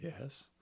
Yes